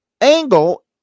angle